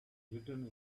written